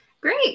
Great